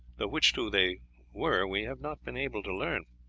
though which two they were we have not been able to learn.